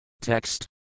Text